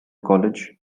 college